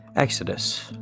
Exodus